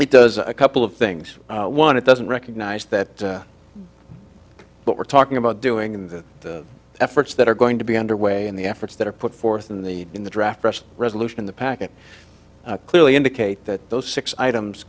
it does a couple of things one it doesn't recognize that what we're talking about doing the efforts that are going to be underway and the efforts that are put forth in the in the draft resolution in the packet clearly indicate that those six items